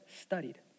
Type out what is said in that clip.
studied